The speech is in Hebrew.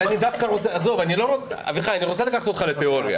אני רוצה לקחת אותך לתיאוריה,